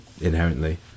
inherently